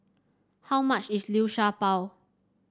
how much is Liu Sha Bao